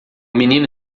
menino